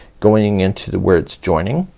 going into the words joining